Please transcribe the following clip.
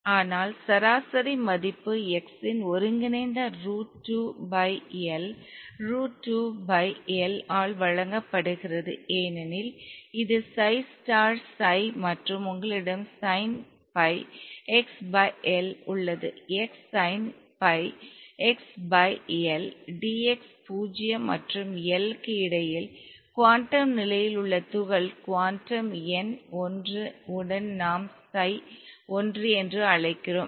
ஆகையால் சராசரி மதிப்பு x இன் ஒருங்கிணைந்த root 2 pi L root 2 pi Lஆல் வழங்கப்படுகிறது ஏனெனில் இது சை ஸ்டார் சை மற்றும் உங்களிடம் sine pi x pi L உள்ளது x sine pi x pi L d x 0 மற்றும் L க்கு இடையில் குவாண்டம் நிலையில் உள்ள துகள் குவாண்டம் எண் 1 உடன் நாம் சை 1 என்று அழைக்கிறோம்